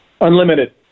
Unlimited